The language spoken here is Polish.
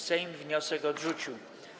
Sejm wniosek odrzucił.